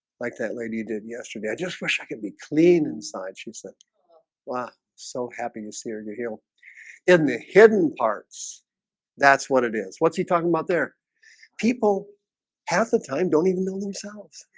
like that lady did yesterday. i just wish i could be clean inside she said wow, so happy to see her your heel in the hidden parts that's what it is. what's he talking about? they're people half the time don't even know themselves.